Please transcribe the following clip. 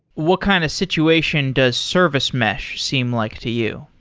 what kind of situation does service mesh seem like to you?